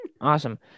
Awesome